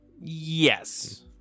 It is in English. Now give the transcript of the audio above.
Yes